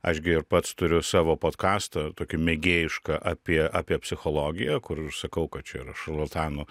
aš gi ir pats turiu savo podkastą tokį mėgėjišką apie apie psichologiją kur ir sakau kad čia yra šarlatanų